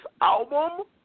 album